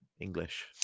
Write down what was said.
English